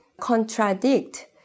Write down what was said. contradict